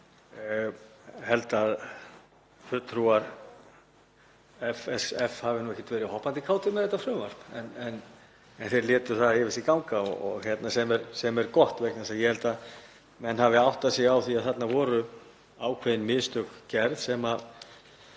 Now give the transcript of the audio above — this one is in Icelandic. held að fulltrúar SFS hafi ekkert verið hoppandi kátir með þetta frumvarp en þeir létu það yfir sig ganga, sem er gott vegna þess að ég held að menn hafi áttað sig á því að þarna voru ákveðin mistök gerð sem er